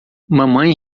mamãe